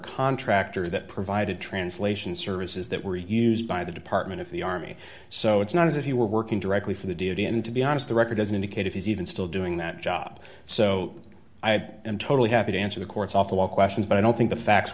contractor that provided translation services that were used by the department of the army so it's not as if he were working directly for the duty and to be honest the record doesn't indicate if he's even still doing that job so i am totally happy to answer the court's awful questions but i don't think the facts